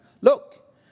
look